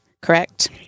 correct